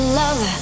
love